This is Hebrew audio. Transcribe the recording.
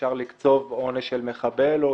שאפשר לקצוב עונש של מחבל או